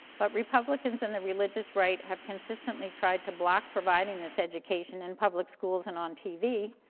but republicans and the religious right have consistently tried to block providing this education in public schools and on tv,